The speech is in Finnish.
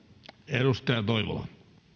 arvoisa